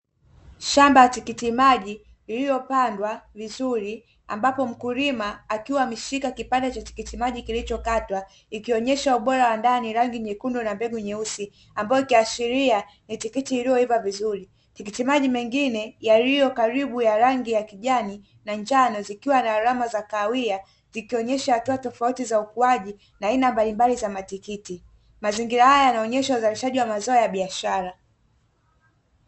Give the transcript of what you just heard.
Shamba la tikiti maji lililopandwa vizuri, ambapo mkulima akiwa ameshika kipandecha tikiti maji kilichokatwa kikionyesha ubora wa ndani rangi nyekundu na mbegu nyeusi ambayo ikiashiria ni tikiti lililoiva vizuri matikiti maji mengine yaliyo karibu ya rangi ya kijani na njano zikiwa na alama za kahawia, zikionyesha hatua tofauti za ukuaji na aina mbalimbali za matikiti, mazingira haya yanaonyesha uzalishaji wa mazao ya biashara.